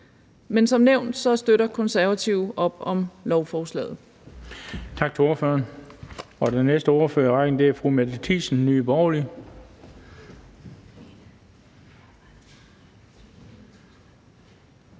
Men som nævnt støtter Konservative op om lovforslaget.